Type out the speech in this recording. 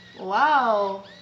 Wow